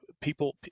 people